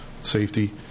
safety